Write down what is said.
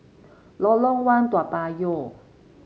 Lorong One Toa Payoh